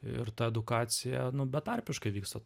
ir ta edukacija betarpiškai vyksta